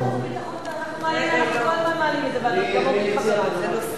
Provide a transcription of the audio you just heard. אנחנו כל הזמן מעלים את זה בוועדת החוץ והביטחון.